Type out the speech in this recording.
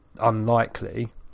unlikely